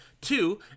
Two